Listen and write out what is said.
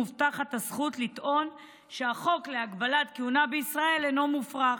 מובטחת הזכות לטעון שהחוק להגבלת כהונה בישראל אינו מופרך.